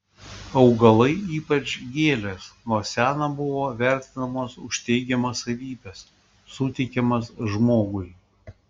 augalai ypač gėlės nuo seno buvo vertinamos už teigiamas savybes suteikiamas žmogui